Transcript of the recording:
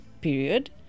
period